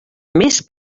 més